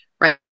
right